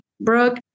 Brooke